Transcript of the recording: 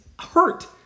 hurt